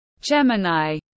Gemini